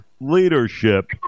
leadership